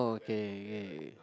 okay okay